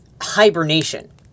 hibernation